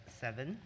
seven. 《